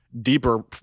deeper